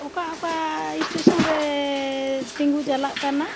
ᱚᱠᱟ ᱚᱠᱟ ᱥᱴᱮᱥᱚᱱ ᱨᱮ ᱛᱤᱸᱜᱩ ᱪᱟᱞᱟᱜ ᱠᱟᱱᱟ